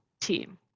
team